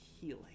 healing